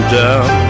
down